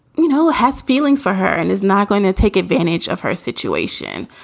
you know, has feelings for her and is not going to take advantage of her situation.